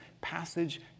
passage